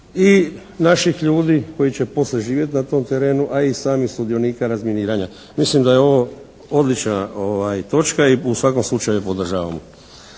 i naših ljudi koji će poslije živjeti na tom terenu, a i samih sudionika razminiranja. Mislim da je ovo odlična točka i u svakom slučaju je podržavamo.